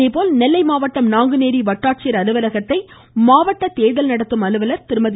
அதேபோல் நெல்லை மாவட்டம் நாங்குநேரி வட்டாட்சியர் அலுவலகத்தை மாவட்ட தேர்தல் நடத்தும் அலுவலர் திருமதி